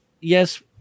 yes